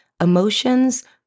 emotions